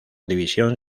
división